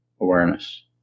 awareness